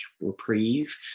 reprieve